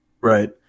Right